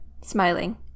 smiling